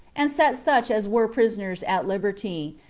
and set such as were prisoners at liberty,